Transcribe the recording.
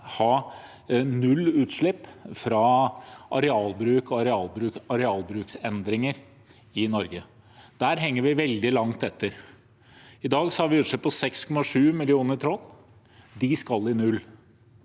ha null utslipp fra arealbruk og arealbruksendringer i Norge. Der henger vi veldig langt etter. I dag har vi utslipp på 6,7 millioner tonn. De skal i null,